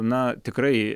na tikrai